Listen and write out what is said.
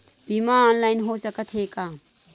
बीमा ऑनलाइन हो सकत हे का?